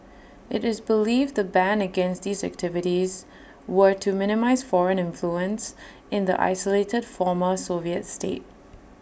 IT is believed the ban against these activities were to minimise foreign influence in the isolated former Soviet state